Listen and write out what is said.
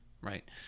right